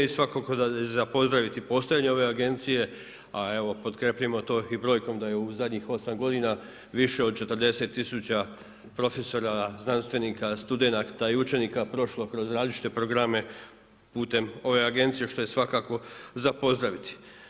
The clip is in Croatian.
I svakako da je za pozdraviti postojanje ove Agencije a evo potkrjepljujemo to i brojkom da je u zadnjih 8 godina više od 40 tisuća profesora, znanstvenika, studenata i učenika prošlo kroz različite programe putem ove Agencije što je svakako za pozdraviti.